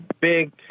big